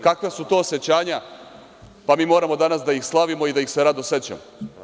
Kakva su to osećanja, pa mi moramo danas da ih slavimo i da ih se rado sećamo?